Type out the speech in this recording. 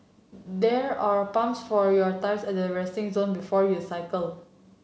there are pumps for your tyres at the resting zone before you cycle